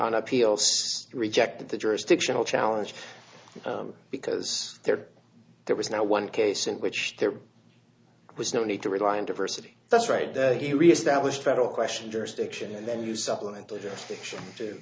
on appeals rejected the jurisdictional challenge because there there was not one case in which there was no need to realign diversity that's right he reestablished federal question jurisdiction and then you supplemented your action to